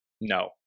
no